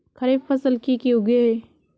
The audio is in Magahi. खरीफ फसल की की उगैहे?